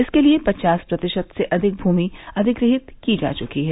इसके लिये पचास प्रतिशत से अधिक भूमि अधिग्रहीत की जा चुकी है